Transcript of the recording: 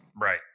right